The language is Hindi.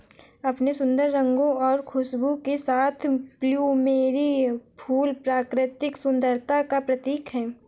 अपने सुंदर रंगों और खुशबू के साथ प्लूमेरिअ फूल प्राकृतिक सुंदरता का प्रतीक है